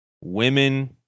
women